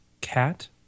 cat